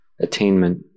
attainment